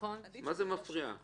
מה זה מפריע?